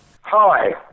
Hi